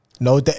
No